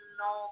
no